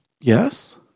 Yes